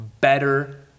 better